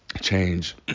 change